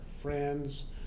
friends